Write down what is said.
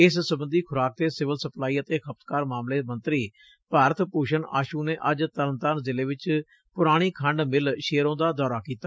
ਇਸ ਸਬੰਧੀ ਖੁਰਾਕ ਤੇ ਸਿਵਲ ਸਪਲਾਈ ਅਤੇ ਖਪਤਕਾਰ ਮਾਮਲੇ ਮੰਤਰੀ ਭਰਤ ਭੂਸ਼ਨ ਆਸੂ ਨੇ ਅੱਜ ਤਰਨਤਾਰਨ ਜ਼ਿਲ੍ਨੇ ਚ ਪੁਰਾਣੀ ਖੰਡ ਸਿੱਲ ਸ਼ੇਰੋਂ ਦਾ ਦੌਰਾ ਕੀਤਾ